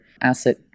asset